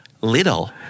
Little